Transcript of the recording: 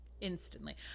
Instantly